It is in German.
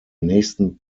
nächsten